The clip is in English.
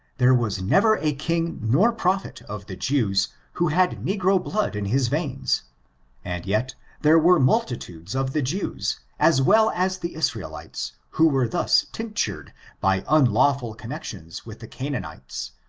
there was never a king nor prophet of the jews who had negro blood in his veins and yet there were multitudes of the jews, as well as the israelites, who were thus tinctured by unlawful connections with the cana anites,